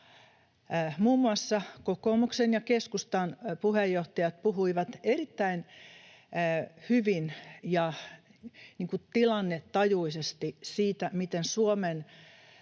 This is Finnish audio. Muun muassa kokoomuksen ja keskustan puheenjohtajat puhuivat erittäin hyvin ja tilannetajuisesti siitä, miten Suomen